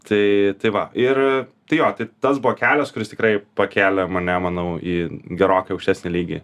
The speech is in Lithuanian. tai tai va ir tai jo tai tas buvo kelias kuris tikrai pakelė mane manau į gerokai aukštesnį lygį